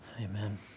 Amen